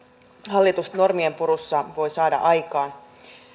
hallitus normien purussa voi saada aikaan